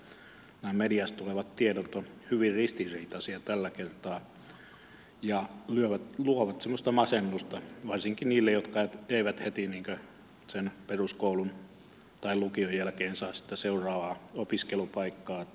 nämä mediasta tulevat tiedot ovat hyvin ristiriitaisia tällä kertaa ja luovat semmoista masennusta varsinkin niille jotka eivät heti peruskoulun tai lukion jälkeen saa sitä seuraavaa opiskelupaikkaa